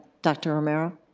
dr. romero?